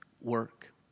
work